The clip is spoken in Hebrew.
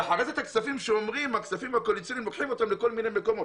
ואחרי זה אומרים שאת הכספים הקואליציוניים לוקחים לכל מיני מקומות.